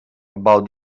about